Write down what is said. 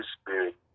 Spirit